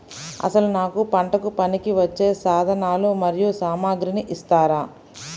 అసలు నాకు పంటకు పనికివచ్చే సాధనాలు మరియు సామగ్రిని ఇస్తారా?